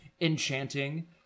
enchanting